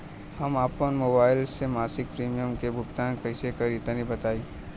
हम आपन मोबाइल से मासिक प्रीमियम के भुगतान कइसे करि तनि बताई?